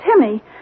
Timmy